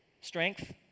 strength